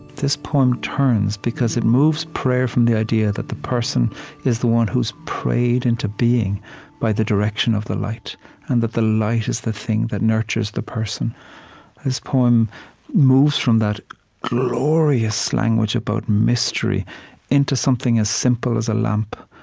this poem turns, because it moves prayer from the idea that the person is the one who's prayed into being by the direction of the light and that the light is the thing that nurtures the person this poem moves from that glorious language about mystery into something as simple as a lamp.